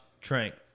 Trank